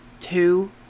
two